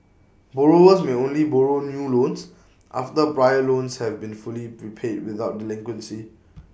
borrowers may only borrow new loans after prior loans have been fully repaid without delinquency